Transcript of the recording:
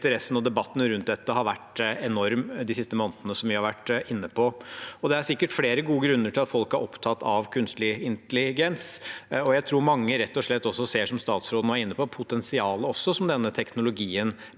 interessen og debatten rundt dette har vært enorm i de siste månedene, som vi har vært inne på. Det er sikkert flere goder grunner til at folk er opptatt av kunstig intelligens, og jeg tror rett og slett mange også ser potensialet som denne teknologien